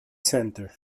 center